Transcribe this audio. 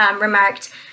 remarked